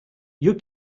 you